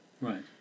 Right